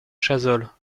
chazolles